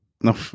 No